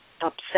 upset